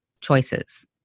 choices